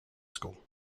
school